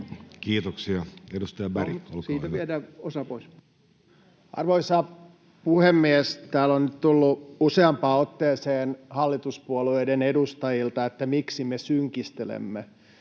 tulevaisuudesta Time: 17:37 Content: Arvoisa puhemies! Täällä on nyt tullut useampaan otteeseen hallituspuolueiden edustajilta se, miksi me synkistelemme.